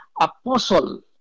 apostle